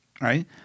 right